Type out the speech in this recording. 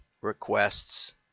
requests